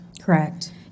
Correct